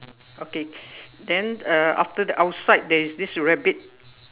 okay then uh after the outside there is this rabbit